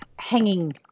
hanging